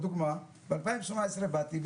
לדוגמה ב-2018 באתי,